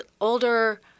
older